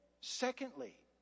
Secondly